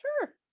Sure